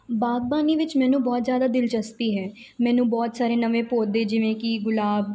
ਬਾਗਬਾਨੀ ਵਿੱਚ ਮੈਨੂੰ ਬਹੁਤ ਜ਼ਿਆਦਾ ਦਿਲਚਸਪੀ ਹੈ ਮੈਨੂੰ ਬਹੁਤ ਸਾਰੇ ਨਵੇਂ ਪੌਦੇ ਜਿਵੇਂ ਕਿ ਗੁਲਾਬ